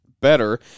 better